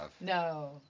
no